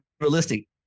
realistic